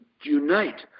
unite